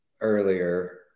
earlier